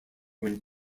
when